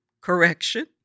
correction